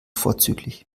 vorzüglich